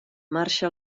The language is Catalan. marxa